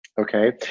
okay